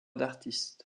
d’artiste